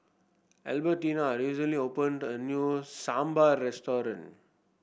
Albertina recently opened a new Sambar Restaurant